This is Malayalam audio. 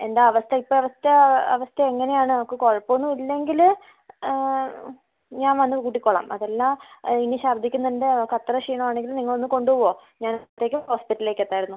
എന്താ അവസ്ഥ ഇപ്പോൾ അവസ്ഥ അവസ്ഥ എങ്ങനെ ആണ് അവൾക്ക് കുഴപ്പമൊന്നും ഇല്ലെങ്കിൽ ഞാൻ വന്ന് കൂട്ടിക്കോളാം അത് അല്ല ഇനി ഛർദിക്കുന്നുണ്ട് അവൾക്ക് അത്ര ക്ഷീണം ആണെങ്കിൽ നിങ്ങൾ ഒന്ന് കൊണ്ട് പോകാവോ ഞാൻ അപ്പഴ്ത്തേക്കും ഹോസ്പിറ്റലിലേക്ക് എത്തായിരുന്നു